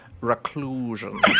reclusion